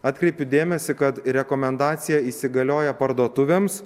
atkreipiu dėmesį kad rekomendacija įsigalioja parduotuvėms